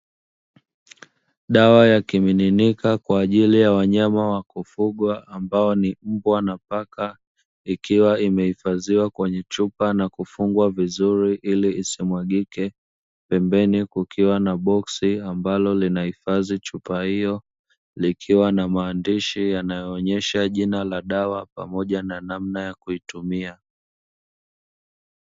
Dawa ya kimiminika kwa ajili ya wanyama wa kufugwa, ambao ni mbwa na paka, ikiwa imehifadhiwa kwenye chupa na kufungwa vizuri ili isimwagike; pembeni kukiwa na boksi ambalo linahifadhi chupa hiyo, likiwa na maandishi yanayoonyesha jina la dawa pamoja na namna ya kuitumia.